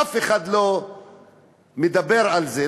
אף אחד לא מדבר על זה.